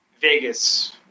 Vegas